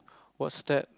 what step